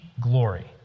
glory